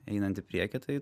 einant į priekį tai